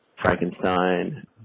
Frankenstein